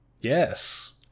Yes